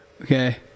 Okay